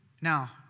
Now